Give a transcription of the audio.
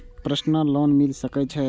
Personal loan मिल सके छे?